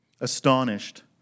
astonished